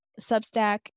Substack